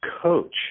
coach